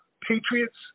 Patriots